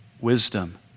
wisdom